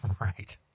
Right